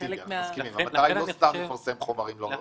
המטרה היא לא סתם לפרסם חומרים.